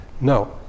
no